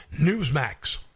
NEWSMAX